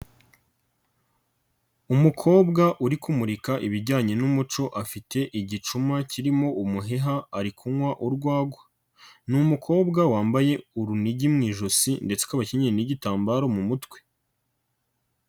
Umukobwa uri kumurika ibijyanye n'umuco, afite igicuma kirimo umuheha, ari kunywa urwagwa. Ni umukobwa wambaye urunigi mu ijosi ndetse akaba akenye ni n'igitambaro mu mutwe.